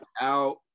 out